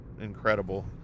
incredible